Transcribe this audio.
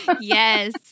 yes